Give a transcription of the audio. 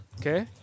Okay